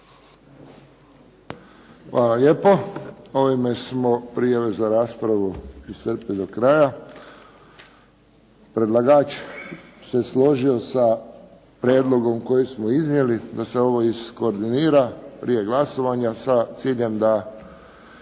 Hvala lijepo. Ovime smo prijave za raspravu iscrpili do kraja. Predlagač se složio sa prijedlogom koji smo iznijeli da se ovo iskoordinira prije glasovanja sa ciljem ono